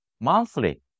monthly